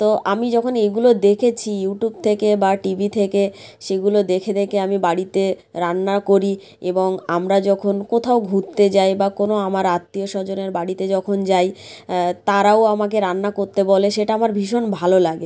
তো আমি যখন এইগুলো দেখেছি ইউটিউব থেকে বা টিভি থেকে সেগুলো দেখে দেখে আমি বাড়িতে রান্না করি এবং আমরা যখন কোথাও ঘুরতে যাই বা কোনো আমার আত্মীয় স্বজনের বাড়িতে যখন যাই তারাও আমাকে রান্না করতে বলে সেটা আমার ভীষণ ভালো লাগে